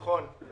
נכון.